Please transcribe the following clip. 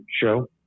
show